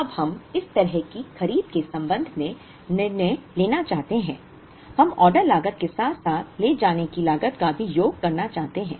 अब हम इस तरह की खरीद के संबंध में निर्णय लेना चाहते हैं हम ऑर्डर लागत के साथ साथ ले जाने की लागत का योग भी करना चाहते हैं